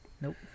Nope